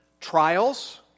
trials